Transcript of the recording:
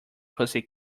pussy